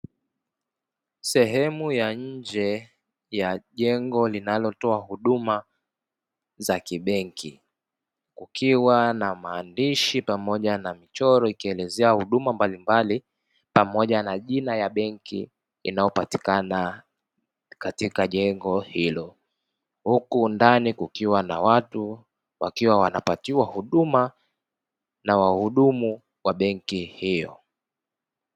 Sehemu ya nje ya jengo linalotoa huduma za kibenki kukiwa na maandishi pamoja na mchoro ikielezea huduma mbalimbali pamoja na jina ya benki inayopatikana katika jengo hilo, huku ndani kukiwa na watu wakiwa wanapatiwa huduma na wahudumu wa benki hiyo.